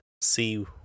see